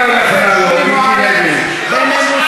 נא